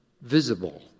visible